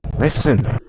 listener